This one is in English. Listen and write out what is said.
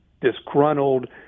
disgruntled